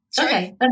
Okay